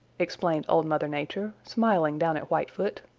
explained old mother nature, smiling down at whitefoot.